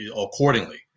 accordingly